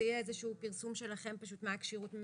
זה יהיה איזשהו פרסום שלכם פשוט מה הכשירות?